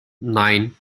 nine